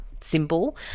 symbol